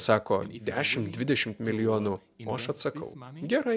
sako dešim dvidešimt milijonų o aš atsakau gerai